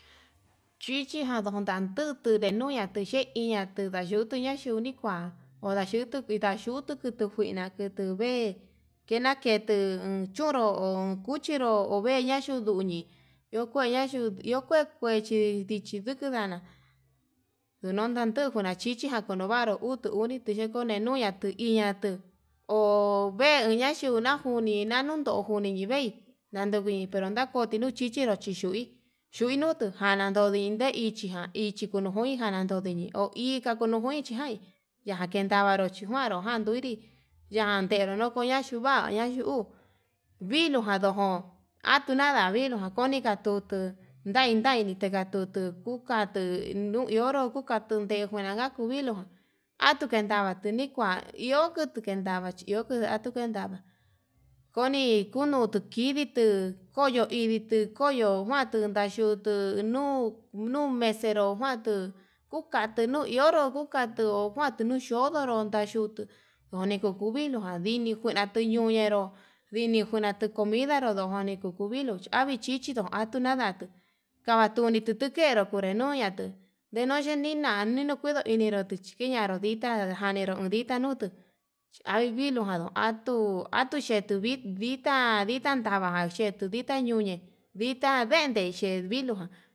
Chichi ña'a ndunandutu iha tundayuni kuni kua, onra xhutu onra xhutu kutu kuina'a nakutu vee ke'e nakete xhunru ho kutenró, ho veña'a kuduñi iho kueña yuu iho kue kuechi ndichi nduu ndana'a, ndonon tandunguna chichi ján jonovaru utuu uni tixheko oninuña tuu iña tuu ho vee una xhuña unii nanun tokoni ve'ii ndanduru ninakotero chuchunru chí, chui chuinutu janá jandon nde ichi jan ichi kunuguin janaro ohi kunuu njuin chikain yakendavaru chikuro nakuiti ñanderu nukuña xhuu va'a ñayujun viluu njuana o'on atuu ana viluu ján koni kato ndai ndai niteka tutu, katuu no ioró kandute njuenaga kuu viluu atuu kendavate nikua iho kute kendava chí iho atuu kendava koni kunoto kidii to'o koyo inditu koyo njuan tundaxhutu nuu nuu mesero njuuan, tuu kukate no ionró kuu katu kuandu no'o xhinonró undayuu uni kuku vilo mandinemae naka kuu ñenró, ndikuina tuu comidanró juno koni kuku viluu javii chichindó atuu nadatuu avatuni tutu kenro kuteyunatu ndeyo nina konkuini nró, ndatochiñanró ditá janinró uun ditá nutu hay viluu janduu atuu atuyedo va'a vii ndita, data ndava xhetuu ditá ñuñe ditá vende xhin vilu ján.